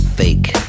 fake